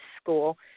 school